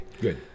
Good